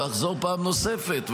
ואחזור פעם נוספת,